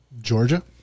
Georgia